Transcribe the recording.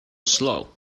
slow